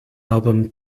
album